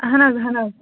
اَہَن حظ اَہَن حظ